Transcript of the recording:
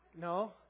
No